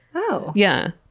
oh! yeah,